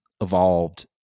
evolved